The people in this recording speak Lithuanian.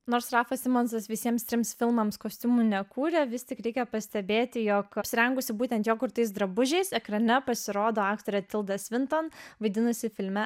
nors rafas simonsas visiems trims filmams kostiumų nekūrė vis tik reikia pastebėti jog apsirengusi būtent jo kurtais drabužiais ekrane pasirodo aktorė tilda svinton vaidinusi filme